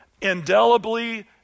indelibly